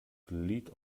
glied